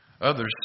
Others